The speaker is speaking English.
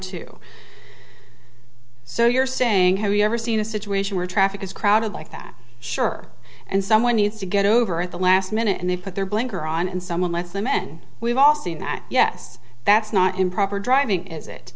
to so you're saying have you ever seen a situation where traffic is crowded like that sure and someone needs to get over at the last minute and they put their blinker on and someone lets them and we've all seen that yes that's not improper driving is it